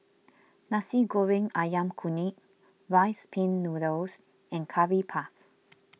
Nasi Goreng Ayam Kunyit Rice Pin Noodles and Curry Puff